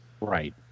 Right